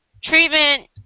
treatment